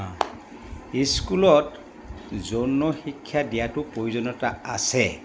স্কুলত যৌনশিক্ষা দিয়াতো প্ৰয়োজনীয়তা আছে